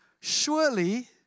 Surely